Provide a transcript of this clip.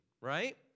right